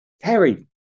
Terry